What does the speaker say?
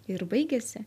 ir baigėsi